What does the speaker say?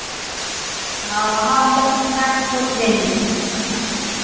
हाँ हम पहली बार वोट देंगे